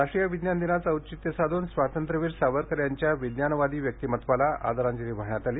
राष्ट्रीय विज्ञान दिनाचं औचित्य साधून स्वातंत्र्यवीर सावरकर यांच्या विज्ञानवादी व्यक्तिमत्त्वाला आदरांजली वाहण्यात आली